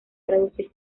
traducir